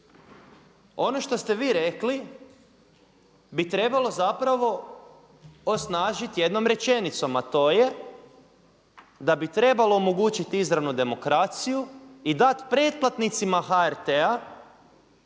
Ono što ste vi rekli bi trebalo zapravo osnažiti jednom rečenicom a to je da bi trebalo omogućiti izravnu demokraciju i dat pretplatnicima HRT-a